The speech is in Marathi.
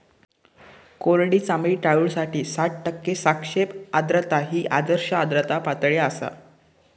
कोरडी चामडी टाळूसाठी साठ टक्के सापेक्ष आर्द्रता ही आदर्श आर्द्रता पातळी आसा